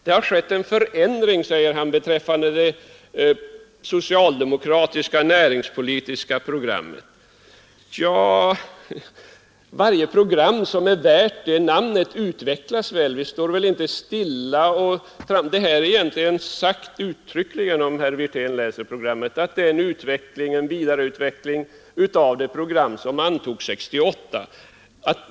Det har skett en förändring, säger herr Wirtén, i det socialdemokratiska näringspolitiska programmet. Ja, varje program som är värt beteckningen program utvecklas väl; inget parti står, förmodar jag, stilla i sin utveckling. Om herr Wirtén läser programmet, skall han finna att det uttryckligen har sagts, att det utgör en vidareutveckling av det program som antogs 1968.